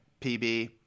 PB